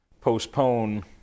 postpone